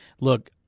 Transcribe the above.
look